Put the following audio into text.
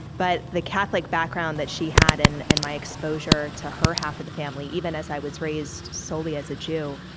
but the catholic background that she had, and and my exposure to her half of the family, even as i was raised solely as a jew,